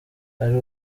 ari